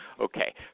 Okay